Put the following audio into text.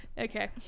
Okay